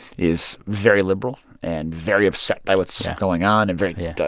is very liberal and very upset by what's. yeah. going on and very. yeah.